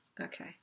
Okay